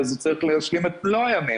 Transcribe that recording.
אז הוא צריך להשלים את מלוא הימים,